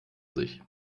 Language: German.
sich